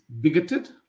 bigoted